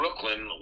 Brooklyn